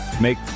make